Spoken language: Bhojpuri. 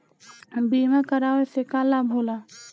बीमा करावे से का लाभ होला?